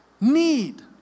need